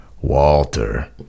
Walter